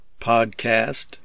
podcast